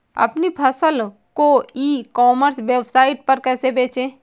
अपनी फसल को ई कॉमर्स वेबसाइट पर कैसे बेचें?